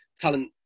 talent